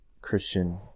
Christian